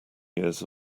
years